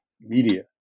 media